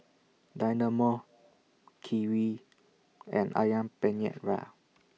Dynamo Kiwi and Ayam Penyet